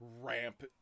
ramp